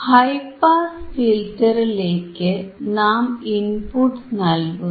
high pass ഫിൽറ്ററിലേക്ക് നാം input നൽകുന്നു